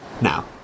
Now